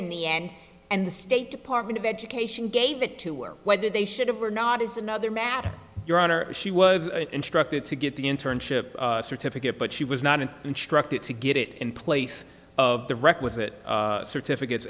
in the end and the state department of education gave it to or whether they should have or not is another matter your honor she was instructed to get the internship certificate but she was not an instructor to get it in place of the requisite certificates